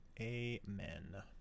Amen